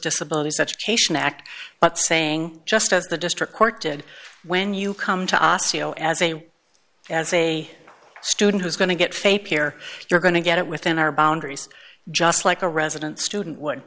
disabilities education act but saying just as the district court did when you come to asio as a as a student who's going to get faith here you're going to get it within our boundaries just like a resident student would